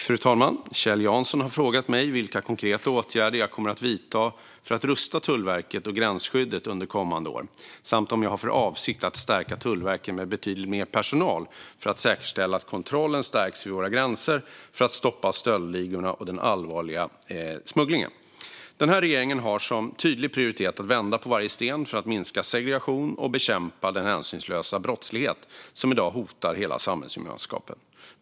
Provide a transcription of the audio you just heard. Fru talman! Kjell Jansson har frågat mig vilka konkreta åtgärder jag kommer att vidta för att rusta Tullverket och gränsskyddet under kommande år, samt om jag har för avsikt att stärka Tullverket med betydligt mer personal för att säkerställa att kontrollen stärks vid våra gränser för att stoppa stöldligorna och den allvarliga smugglingen. Den här regeringen har som tydlig prioritering att vända på varje sten för att minska segregationen och bekämpa den hänsynslösa brottslighet som i dag hotar hela samhällsgemenskapen.